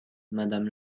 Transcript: madame